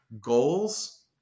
goals